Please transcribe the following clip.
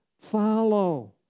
follow